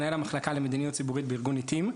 מנהל המחלקה למדיניות ציבורית בארגון עתים.